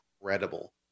incredible